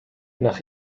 nach